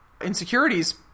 insecurities